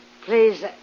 Please